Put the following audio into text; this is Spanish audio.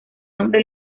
nombre